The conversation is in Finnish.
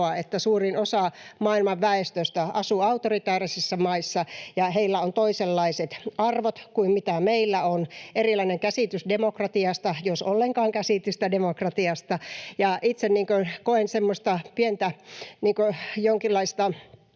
että suurin osa maailman väestöstä asuu autoritaarisissa maissa ja heillä on toisenlaiset arvot kuin mitä meillä on, erilainen käsitys demokratiasta, jos ollenkaan käsitystä demokratiasta. Ja itse koen semmoista jonkinlaista